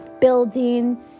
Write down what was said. building